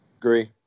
Agree